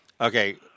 Okay